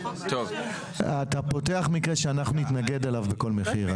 אתה פותח מקרה שאנחנו נתנגד אליו בכל מחיר,